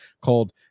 called